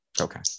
Okay